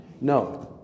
No